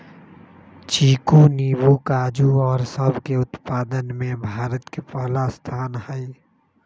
चीकू नींबू काजू और सब के उत्पादन में भारत के पहला स्थान हई